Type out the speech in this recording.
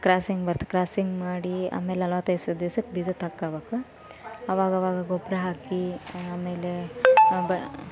crossing ಬರುತ್ತೆ crossing ಮಾಡಿ ಆಮೇಲೆ ನಲವತ್ತೈದು ದಿವ್ಸಕ್ಕೆ ಬೀಜ ತೆಗ್ಕೊಳ್ಬೇಕು ಅವಾಗವಾಗ ಗೊಬ್ಬರ ಹಾಕಿ ಆಮೇಲೆ ಬ